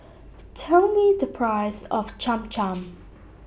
Tell Me The Price of Cham Cham